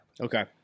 Okay